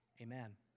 Amen